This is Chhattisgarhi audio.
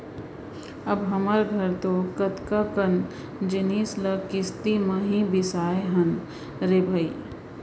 अब हमर घर तो कतका कन जिनिस ल किस्ती म ही बिसाए हन रे भई